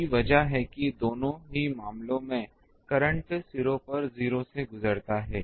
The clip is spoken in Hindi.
यही वजह है कि दोनों ही मामलों में करंट सिरों पर 0 से गुज़रता है